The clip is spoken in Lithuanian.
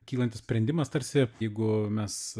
kylantis sprendimas tarsi jeigu mes